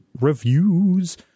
reviews